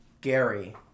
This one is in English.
Gary